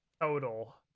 total